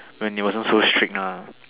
when he wasn't so strict lah